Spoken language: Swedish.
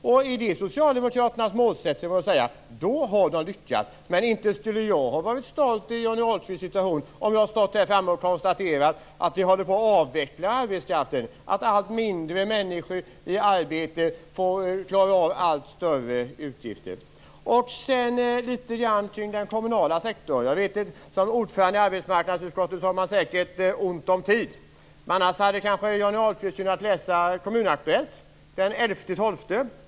Är det socialdemokraternas målsättning har de lyckats. Men inte skulle jag ha varit stolt i Johnny Ahlqvists situation om jag måst konstatera att vi håller på att avveckla arbetskraften, att allt färre människor i arbete får klara av allt större utgifter. Sedan några ord om den kommunala sektorn. Som ordförande i arbetsmarknadsutskottet har man säkert ont om tid. Annars hade kanske Johnny Ahlqvist hunnit läsa Kommun-Aktuellt den 11 och 12.